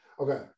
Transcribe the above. okay